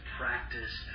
practice